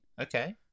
Okay